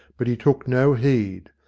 but he took no heed.